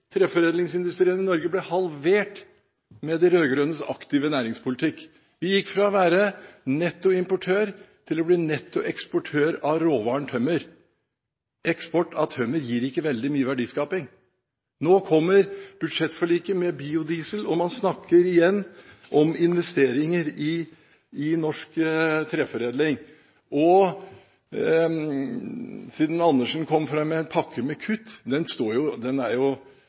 Treforedlingsindustrien i Norge ble halvert med de rød-grønnes aktive næringspolitikk. Vi gikk fra å være nettoimportør til å bli nettoeksportør av råvaren tømmer. Eksport av tømmer gir ikke veldig mye verdiskaping. Nå kommer budsjettforliket med biodiesel, og man snakker igjen om investeringer i norsk treforedling. Den pakken med kutt som Dag Terje Andersen kom fram med, var en semmer pakke,